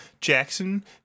Jackson